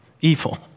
evil